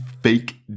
fake